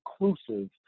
inclusive